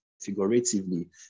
figuratively